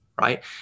right